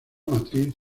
matriz